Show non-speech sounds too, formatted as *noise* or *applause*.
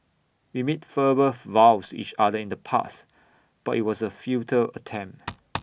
we made verbal vows each other in the past but IT was A futile attempt *noise*